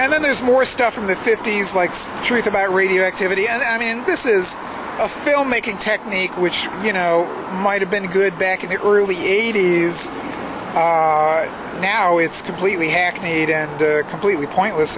and then there's more stuff from the fifty's likes truth about radioactivity and i mean this is a filmmaking technique which you know might have been good back in the early eighty's now it's completely hackneyed and completely pointless